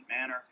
manner